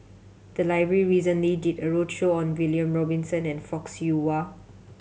the library recently did a roadshow on William Robinson and Fock Siew Wah